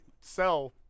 sell